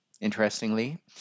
interestingly